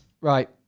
right